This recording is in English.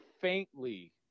faintly